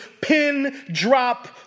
pin-drop